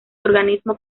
organismo